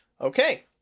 Okay